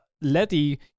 Letty